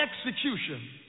execution